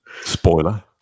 Spoiler